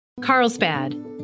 Carlsbad